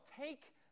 take